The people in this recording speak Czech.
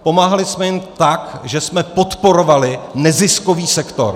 Pomáhali jsme jim tak, že jsme podporovali neziskový sektor.